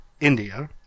India